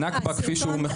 כפי שהוא מכונה.